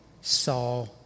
saw